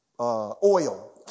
oil